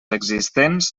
existents